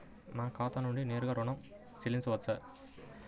నా ఖాతా నుండి నేరుగా ఋణం చెల్లించవచ్చా?